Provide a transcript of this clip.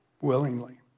Willingly